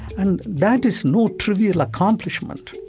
and that is no trivial accomplishment.